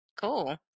Cool